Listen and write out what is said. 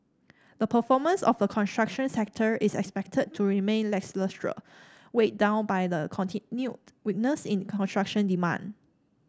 the performance of the construction sector is expected to remain lacklustre weighed down by the continued weakness in construction demand